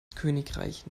königreich